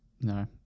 no